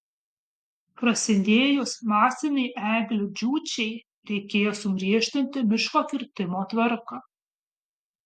prasidėjus masinei eglių džiūčiai reikėjo sugriežtinti miško kirtimo tvarką